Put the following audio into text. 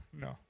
No